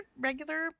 regular